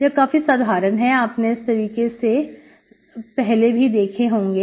यह काफी साधारण है आपने इस तरीके के पलंग पहले भी देखे होंगे